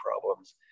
problems